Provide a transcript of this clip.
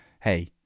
hey